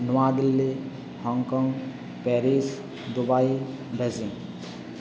New Delhi Hong Kong Paris Dubai Beijing